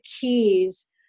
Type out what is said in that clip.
keys